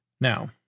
Now